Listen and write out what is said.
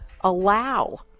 allow